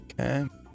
Okay